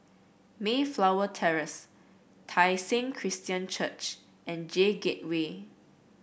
Mayflower Terrace Tai Seng Christian Church and J Gateway